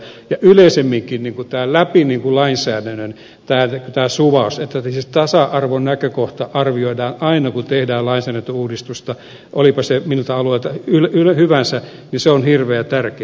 yleisemminkin läpi lainsäädännön tämä suvaus tasa arvonäkökohdan arvioiminen aina kun tehdään lainsäädäntöuudistusta olipa se miltä alueelta hyvänsä on hirveän tärkeä